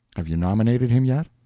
have you nominated him yet?